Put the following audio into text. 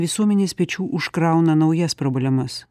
visuomenės pečių užkrauna naujas problemas